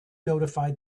notified